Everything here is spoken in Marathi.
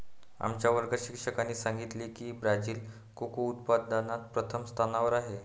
आमच्या वर्गात शिक्षकाने सांगितले की ब्राझील कोको उत्पादनात प्रथम स्थानावर आहे